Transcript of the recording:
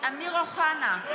אמיר אוחנה,